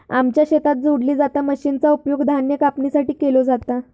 आमच्या शेतात जोडली जाता मशीनचा उपयोग धान्य कापणीसाठी केलो जाता